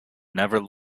never